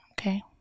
Okay